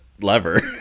lever